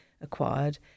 acquired